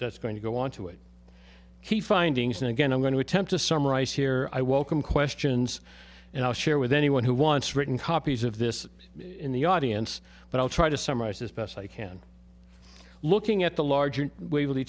that's going to go onto it key findings and again i'm going to attempt to summarize here i welcome questions and i'll share with anyone who wants written copies of this in the audience but i'll try to summarize as best i can looking at the larger